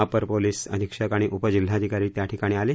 upper police अधीक्षक आणि उपजिल्हाधिकारी त्याठिकाणी आले